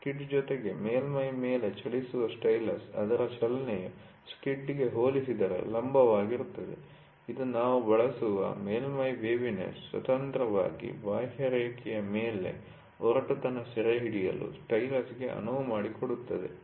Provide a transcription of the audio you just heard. skid ಜೊತೆಗೆ ಮೇಲ್ಮೈ ಮೇಲೆ ಚಲಿಸುವ ಸ್ಟೈಲಸ್ ಅದರ ಚಲನೆಯು ಸ್ಕಿಡ್ಗೆ ಹೋಲಿಸಿದರೆ ಲಂಬವಾಗಿರುತ್ತದೆ ಇದು ನಾವು ಬಳಸುವ ಮೇಲ್ಮೈ ವೇವಿನೆಸ್ ಸ್ವತಂತ್ರವಾಗಿ ಬಾಹ್ಯರೇಖೆಯ ಮೇಲ್ಮೈ ರಫ್ನೆಸ್ಒರಟುತನ ಸೆರೆಹಿಡಿಯಲು ಸ್ಟೈಲಸ್ಗೆ ಅನುವು ಮಾಡಿಕೊಡುತ್ತದೆ